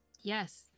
Yes